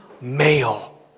male